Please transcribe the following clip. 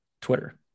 Twitter